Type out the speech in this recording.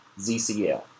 ZCL